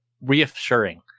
reassuring